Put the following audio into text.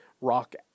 rock